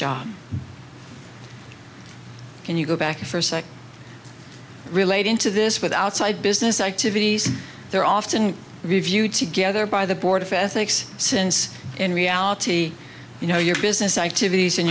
job can you go back first relating to this with outside business activities they're often reviewed together by the board of ethics since in reality you know your business activities and